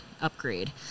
upgrade